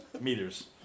meters